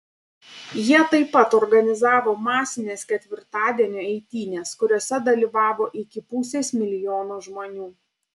jie taip pat organizavo masines ketvirtadienio eitynes kuriose dalyvavo iki pusės milijono žmonių